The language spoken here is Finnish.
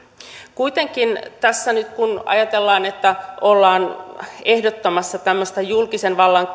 kuitenkin tässä nyt kun ajatellaan että ollaan ehdottamassa tämmöistä julkisen vallan